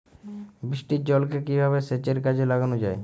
বৃষ্টির জলকে কিভাবে সেচের কাজে লাগানো য়ায়?